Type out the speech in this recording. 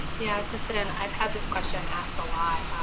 yeah, kristen, and i've had this question asked a lot,